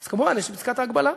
אז כמובן יש פסקת ההגבלה,